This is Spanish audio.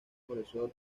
profesor